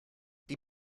die